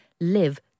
live